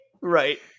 Right